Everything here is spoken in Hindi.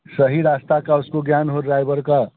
सही रास्ता का उसको ज्ञान हो ड्राइवर का